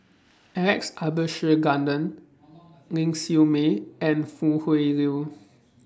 Alex Abisheganaden Ling Siew May and Foo Tui Liew